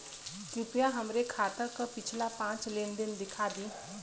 कृपया हमरे खाता क पिछला पांच लेन देन दिखा दी